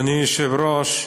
אדוני היושב-ראש,